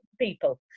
people